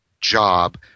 job